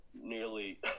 nearly